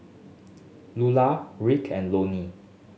Lular Reed and Lonnie